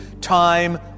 time